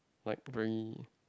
like very